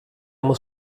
muss